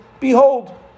Behold